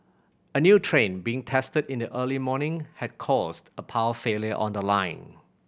a new train being tested in the early morning had caused a power failure on the line